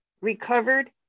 recovered